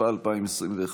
התשפ"א 2021,